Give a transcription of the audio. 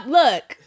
look